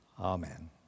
Amen